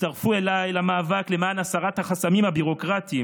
הצטרפו אליי למאבק למען הסרת החסמים הביורוקרטים,